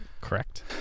Correct